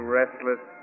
restless